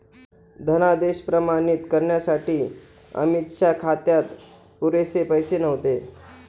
धनादेश प्रमाणित करण्यासाठी अमितच्या खात्यात पुरेसे पैसे नव्हते